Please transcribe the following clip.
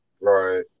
Right